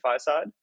side